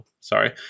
sorry